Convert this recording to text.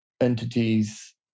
entities